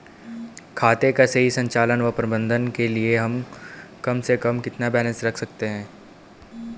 खाते का सही संचालन व प्रबंधन के लिए हम कम से कम कितना बैलेंस रख सकते हैं?